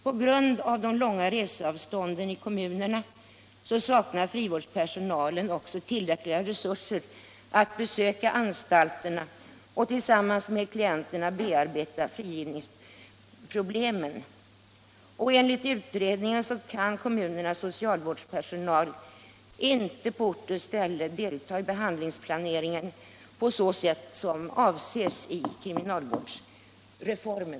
På grund av de långa reseavstånden i kommunerna saknar frivårdspersonalen också tillräckliga resurser för att besöka anstalterna och tillsammans med klienterna bearbeta frigivningsproblemen. Enligt utredningen kan kommunernas socialvårdspersonal inte på ort och ställe delta i behandlingsplaneringen på sådant sätt som avses med kriminalvårdsreformen.